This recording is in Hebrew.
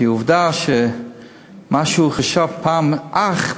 כי עובדה שמה שהוא חשב פעם לאח,